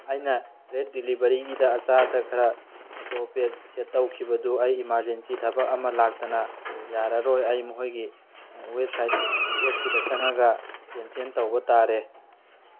ꯑꯩꯅ ꯔꯦꯗ ꯗꯤꯂꯤꯚꯔꯤꯒꯤꯗ ꯑꯆꯥ ꯑꯊꯛ ꯈꯔ ꯑꯇꯣꯞ ꯄꯦꯠ ꯁꯦꯠ ꯇꯧꯈꯤꯕꯗꯨ ꯑꯩ ꯏꯃꯥꯔꯖꯦꯟꯁꯤ ꯊꯕꯛ ꯑꯃ ꯂꯥꯛꯇꯅ ꯌꯥꯔꯔꯣꯏ ꯑꯩ ꯃꯈꯣꯏꯒꯤ ꯋꯦꯞ ꯁꯥꯏꯠ ꯑꯦꯞꯁꯁꯤꯗ ꯆꯪꯉꯒ ꯀꯦꯟꯁꯦꯟ ꯇꯧꯕ ꯇꯥꯔꯦ